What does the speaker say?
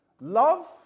love